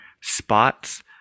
spots